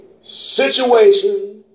situation